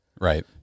right